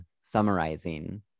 summarizing